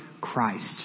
Christ